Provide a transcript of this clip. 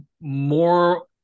more